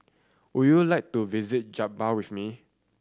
would you like to visit Juba with me